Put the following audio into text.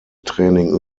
training